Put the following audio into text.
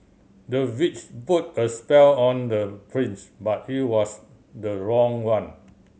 the witch put a spell on the prince but it was the wrong one